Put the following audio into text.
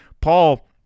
Paul